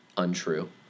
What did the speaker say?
untrue